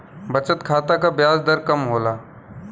बचत खाता क ब्याज दर कम होला